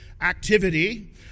activity